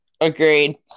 Agreed